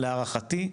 להערכתי,